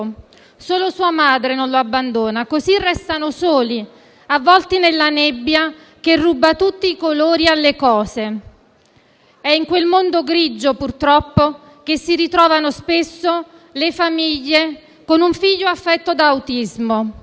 Solo la madre non abbandona il cucciolo; così restano soli, avvolti nella nebbia che ruba tutti i colori alle cose. È in quel mondo grigio purtroppo che si ritrovano spesso le famiglie con un figlio affetto da autismo.